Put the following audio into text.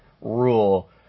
rule